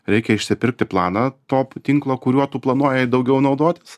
reikia išsipirkti planą top tinklo kuriuo tu planuoji daugiau naudotis